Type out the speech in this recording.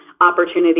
opportunity